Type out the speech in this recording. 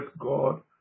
God